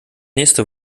nächste